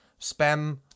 spam